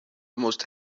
almost